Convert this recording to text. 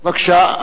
בבקשה.